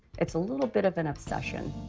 it's a little bit of an obsession.